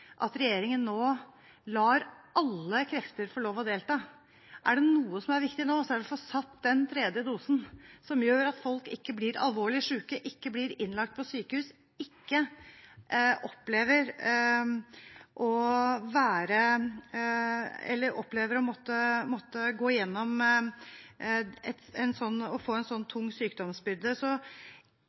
at regjeringen nå lar alle krefter få lov til å delta. Er det noe som er viktig nå, er det å få satt den tredje dosen, som gjør at folk ikke blir alvorlig syke, ikke blir innlagt på sykehus, ikke opplever å få en slik tung sykdomsbyrde. Så jeg ber regjeringen inderlig om å vurdere å ta i bruk flere til å